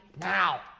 now